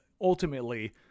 ultimately